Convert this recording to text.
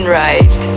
right